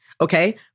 Okay